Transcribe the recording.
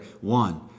One